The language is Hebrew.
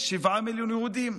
יש 7 מיליון יהודים.